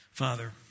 Father